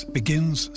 begins